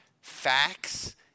Facts